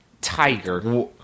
Tiger